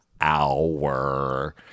hour